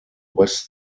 west